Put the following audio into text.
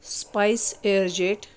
spice airways